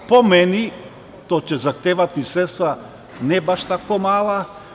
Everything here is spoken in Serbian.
Po meni, to će zahtevati sredstva ne baš tako mala.